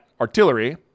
artillery